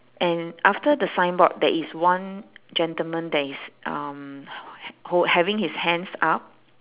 and after the signboard there is one gentleman that is um h~ ho~ having his hands up